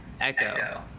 Echo